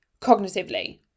cognitively